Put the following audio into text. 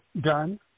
done